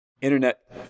internet